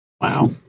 Wow